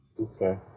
Okay